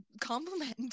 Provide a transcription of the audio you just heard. compliment